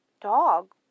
dog